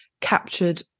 captured